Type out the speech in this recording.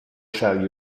shall